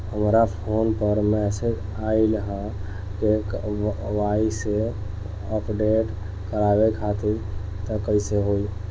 हमरा फोन पर मैसेज आइलह के.वाइ.सी अपडेट करवावे खातिर त कइसे होई?